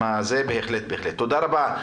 תודה רבה,